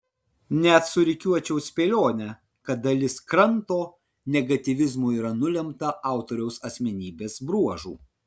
net surikiuočiau spėlionę kad dalis kranto negatyvizmo yra nulemta autoriaus asmenybės bruožų